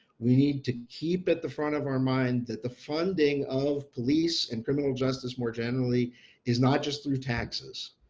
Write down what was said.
we need to keep at the front of our mind that the funding of police and criminal justice more generally is not just through taxes.